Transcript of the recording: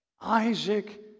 Isaac